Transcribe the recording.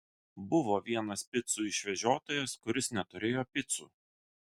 buvo vienas picų išvežiotojas kuris neturėjo picų